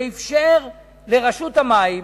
ואפשר לרשות המים,